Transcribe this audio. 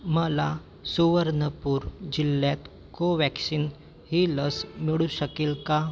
मला सुवर्नपूर जिल्ह्यात कोवॅक्सिन ही लस मिळू शकेल का